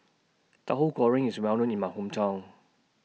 Tahu Goreng IS Well known in My Hometown